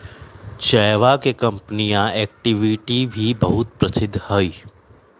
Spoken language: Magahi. चयवा के कंपनीया एक्टिविटी भी बहुत प्रसिद्ध हई